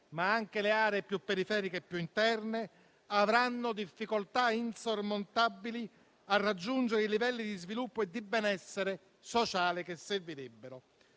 ma anche le aree più periferiche e più interne, avranno difficoltà insormontabili a raggiungere i livelli di sviluppo e di benessere sociale che servirebbero.